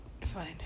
Fine